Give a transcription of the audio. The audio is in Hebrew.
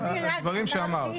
דברים שאמרת.